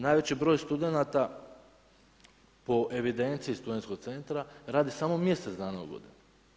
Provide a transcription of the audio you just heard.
Najveći broj studenata po evidenciji studentskog centra radi samo mjesec dana u godini.